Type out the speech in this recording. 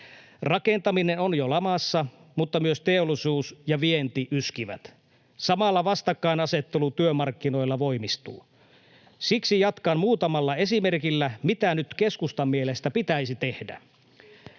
Rakentaminen on jo lamassa, mutta myös teollisuus ja vienti yskivät. Samalla vastakkainasettelu työmarkkinoilla voimistuu. Siksi jatkan muutamalla esimerkillä, mitä nyt keskustan mielestä pitäisi tehdä.